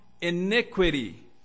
iniquity